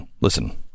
Listen